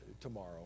Tomorrow